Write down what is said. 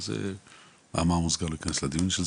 מאמר מוסגר לכנס הדיון,